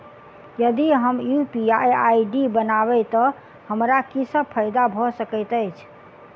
यदि हम UPI ID बनाबै तऽ हमरा की सब फायदा भऽ सकैत अछि?